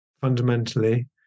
fundamentally